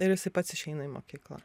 ir jisai pats išeina į mokyklą